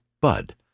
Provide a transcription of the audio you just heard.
bud